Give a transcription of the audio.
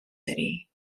city